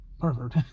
pervert